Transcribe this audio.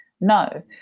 No